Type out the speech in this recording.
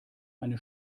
eine